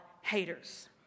haters